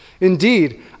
Indeed